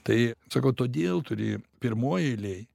tai sakau todėl turi pirmoj eilėj